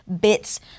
bits